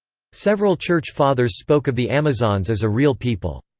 several church fathers spoke of the amazons as a real people.